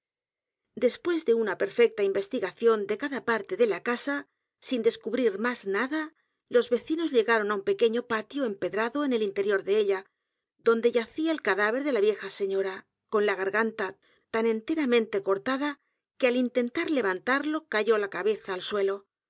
después de una perfecta investigación de cada p a r t e de la casa sin descubrir m á s nada los vecinos llegaron á un pequeño patio empedrado en el interior de ella donde yacía el cadáver de la vieja señora con la g a r g a n t a tan enteramente cortada que al intentar levantarlo cayó la cabeza al suelo